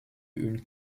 une